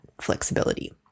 flexibility